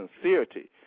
sincerity